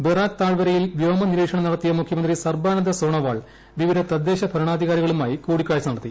Barack താഴ്വരയിൽ വ്യോമ നിരീക്ഷണം നടത്തിയ മുഖ്യമന്ത്രി സർബാനന്ദ സോണോവാൾ വിവിധ തദ്ദേശ ഭരണാധികാരികളുമായി കൂടിക്കാഴ്ച നടത്തി